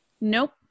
Nope